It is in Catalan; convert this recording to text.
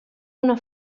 una